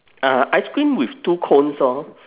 ah ice cream with two cones lor